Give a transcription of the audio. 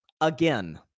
Again